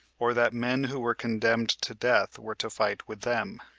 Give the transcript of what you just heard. or that men who were condemned to death were to fight with them.